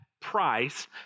price